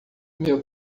meu